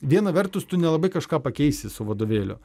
viena vertus tu nelabai kažką pakeisi su vadovėliu